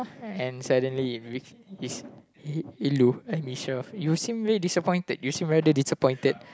and suddenly it is and Michelle you seem very disappointed you seem very disappointed